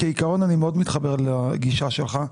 כעיקרון אני מאוד מתחבר לגישה שלך,